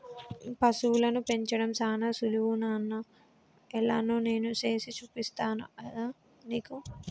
పశువులను పెంచడం సానా సులువు నాన్న ఎలానో నేను సేసి చూపిస్తాగా నీకు